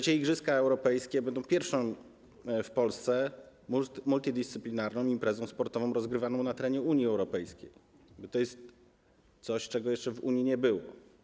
III Igrzyska Europejskie będą pierwszą w Polsce multidyscyplinarną imprezą sportową rozgrywaną na terenie Unii Europejskiej, bo to jest coś, czego jeszcze w Unii nie było.